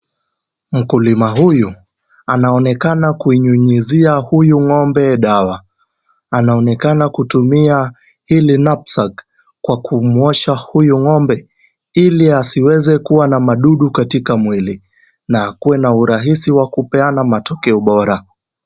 Mkulima huyu anaonekana kunyunyuzia huyu ng'ombe dawa. Anaonekana kutumia hili napsak kwa kumwosha huyu ng'ombe ili asiweze kuwa na madudu katika mwili na akuwe na urahisi wa kupeana matokeo bora.